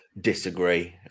disagree